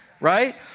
right